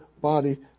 body